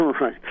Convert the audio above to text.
Right